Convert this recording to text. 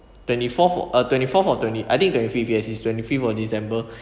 twenty fourth uh twenty fourth or twenty I think that previous is twenty fifth of december